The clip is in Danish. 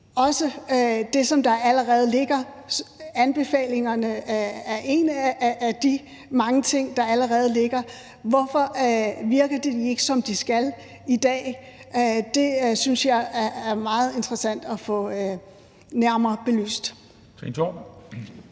også det, som der allerede ligger. Anbefalingerne er en af de mange ting, der allerede ligger, og hvorfor virker de ikke, som de skal, i dag? Det synes jeg er meget interessant at få nærmere belyst.